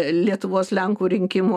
lietuvos lenkų rinkimų